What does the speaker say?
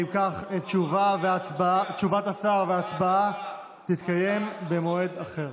אם כך, תשובת השר והצבעה יתקיימו במועד אחר.